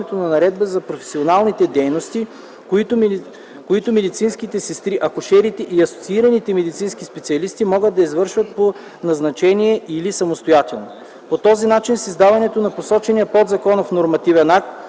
на наредба за професионалните дейности, които медицинските сестри, акушерките и асоциираните медицински специалисти могат да извършват по назначение или самостоятелно. По този начин с издаването на посочения подзаконов нормативен акт